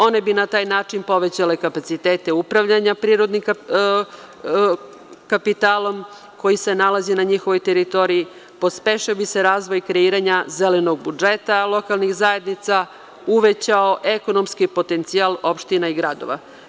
One bi na taj način povećale kapacitete upravljanja prirodnim kapitalom, koji se nalazi na njihovoj teritoriji, pospešio bi se razvoj kreiranja zelenog budžeta lokalnih zajednica, uvećao ekonomski potencijal opština i gradova.